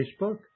Facebook